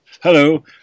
Hello